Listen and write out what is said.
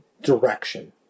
direction